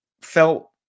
felt